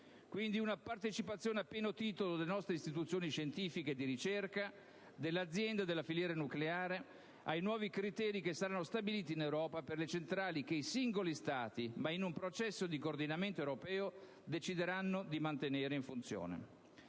Quindi, una partecipazione a pieno titolo delle nostre istituzioni scientifiche e di ricerca, delle aziende della filiera nucleare, ai nuovi criteri che saranno stabiliti in Europa per le centrali che i singoli Stati, ma in un processo di coordinamento europeo, decideranno di mantenere in funzione.